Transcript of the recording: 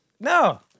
No